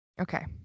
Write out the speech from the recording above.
Okay